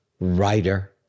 writer